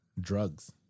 Drugs